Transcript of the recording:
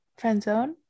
friendzone